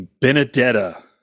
Benedetta